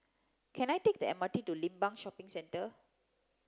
can I take the M R T to Limbang Shopping Centre